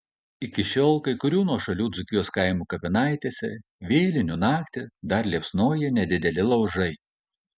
iki šiol kai kurių nuošalių dzūkijos kaimų kapinaitėse vėlinių naktį dar liepsnoja nedideli laužai